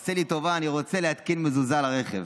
תעשה לי טובה, אני רוצה להתקין מזוזה על הרכב.